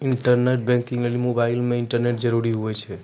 internet banking लेली mobile मे internet जरूरी हुवै छै